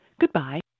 Goodbye